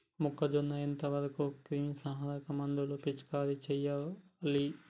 మొక్కజొన్న ఎంత వరకు క్రిమిసంహారక మందులు పిచికారీ చేయాలి?